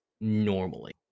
normally